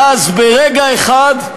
ואז ברגע אחד,